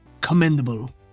commendable